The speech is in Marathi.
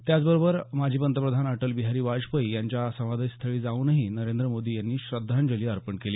त्याच बरोबर माजी पंतप्रधान अटल बिहारी वाजपेयी यांच्या समाधीस्थळी जाऊन नरेंद्र मोदी यांनी त्यांना श्रद्धांजली अर्पण केली